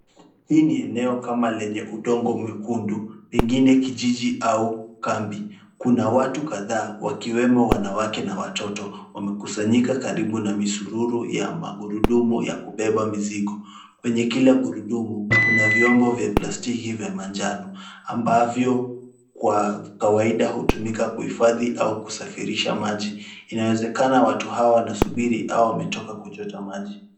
Hii ni eneo kama lenye udongo mekundu, pengine kijiji au kambi. Kuna watu kadhaa wakiwemo wanawake na watoto. Wamekusanyika karibu na misururu ya magurudumu ya kubeba mizigo. Kwenye kila gurudumu, kuna vyombo vya plastiki vya manjano ambavyo kwa kawaida hutumika kuhifadhi au kusafirisha maji. Inawezekana watu hawa wanasubiri au wametoka kuchota maji.